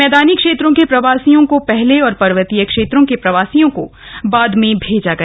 मैदानी क्षेत्रों के प्रवासियों को पहले और पर्वतीय क्षेत्रों के प्रवासियों को बाद में भेजा गया